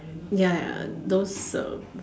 ya those um